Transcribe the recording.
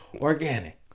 Organic